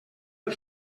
del